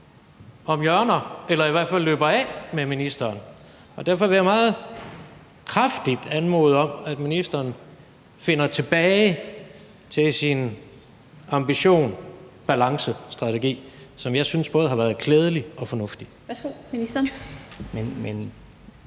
om hjørner eller i hvert fald løber af med ministeren. Derfor vil jeg meget kraftigt anmode om, at ministeren finder tilbage til sin ambition-balance-strategi, som jeg synes både har været klædelig og fornuftig.